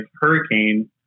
hurricane